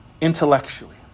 intellectually